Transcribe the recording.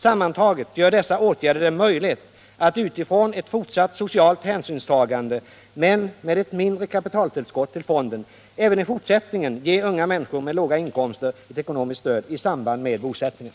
Sammantaget gör dessa åtgärder det möjligt att utifrån ett fortsatt socialt hänsynstagande, men med ett mindre kapitaltillskott till fonden, även i fortsättningen ge unga människor med låga inkomster ett ekonomiskt stöd i samband med bosättningen.